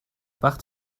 وقت